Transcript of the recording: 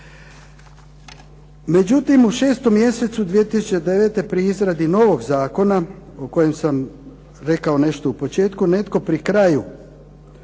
Međutim, u 6. mjesecu 2009. pri izradi novog Zakona o kojem sam rekao nešto na početku, netko pri kraju